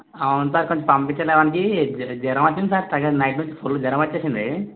అవును సార్ కొంచెం పంపించడానికి జ్వరం వచ్చింది సార్ నైట్ నుంచి ఫుల్ జ్వరం వచ్చేసింది